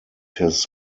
his